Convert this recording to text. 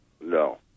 No